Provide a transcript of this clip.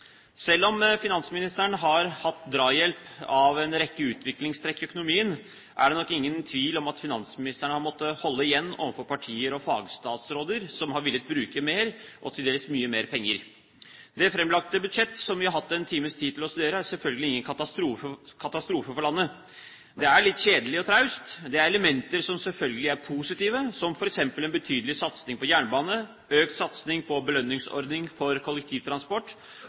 Selv om finansministeren har hatt drahjelp av en rekke utviklingstrekk i økonomien, er det nok ingen tvil om at finansministeren har måttet holde igjen overfor partier og fagstatsråder som har villet bruke mer, og til dels mye mer, penger. Det framlagte budsjett som vi har hatt en times tid til å studere, er selvfølgelig ingen katastrofe for landet. Det er litt kjedelig og traust. Det er elementer som selvfølgelig er positive, som f.eks. en betydelig satsing på jernbane, økt satsing på belønningsordning for kollektivtransport